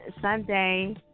Sunday